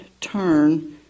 turn